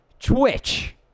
Twitch